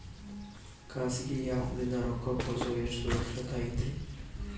ಖಾಸಗಿ ಆ್ಯಪ್ ನಿಂದ ರೊಕ್ಕ ಕಳ್ಸೋದು ಎಷ್ಟ ಸುರಕ್ಷತಾ ಐತ್ರಿ?